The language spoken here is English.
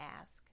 ask